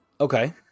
Okay